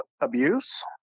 abuse